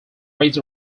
raised